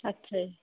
ਅੱਛਾ ਜੀ